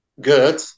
good